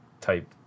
type